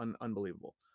unbelievable